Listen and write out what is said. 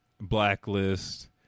blacklist